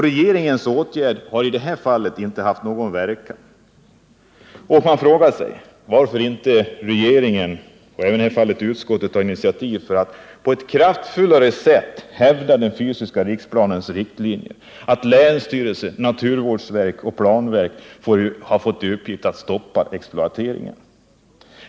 Regeringens åtgärd har i det här fallet inte haft någon verkan, och man frågar sig: Varför har inte regeringen och i det här fallet inte heller utskottet tagit initiativ för att på ett kraftfullare sätt hävda den fysiska riksplanens riktlinjer? Varför har inte länsstyrelsen, naturvårdsverket och planverket fått i uppgift att stoppa exploateringen?